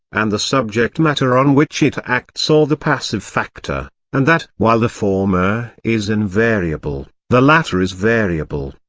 and the subject-matter on which it acts or the passive factor and that while the former is invariable, the latter is variable,